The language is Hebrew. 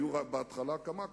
היו בהתחלה כמה כאלה.